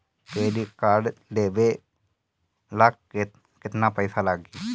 Credit card लेवे ला केतना पइसा लागी?